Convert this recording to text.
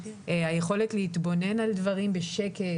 היכולת להתבונן על דברים בשקט.